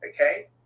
Okay